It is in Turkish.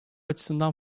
açısından